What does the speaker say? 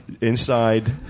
Inside